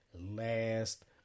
last